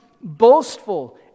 boastful